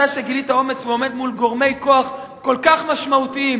אתה שגילית אומץ ועומד מול גורמי כוח כל כך משמעותיים,